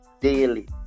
daily